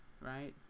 right